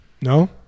No